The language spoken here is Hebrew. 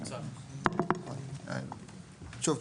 שוב,